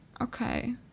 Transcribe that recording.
Okay